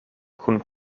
kun